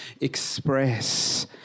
express